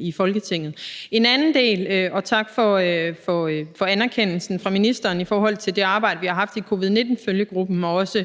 i Folketinget. Noget andet, jeg vil sige, er tak for anerkendelsen fra ministeren i forhold til det arbejde, vi har haft i covid-19-følgegruppen. Jeg